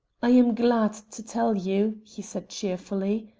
i am glad to tell you, he said cheerfully,